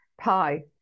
pie